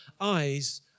eyes